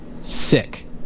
sick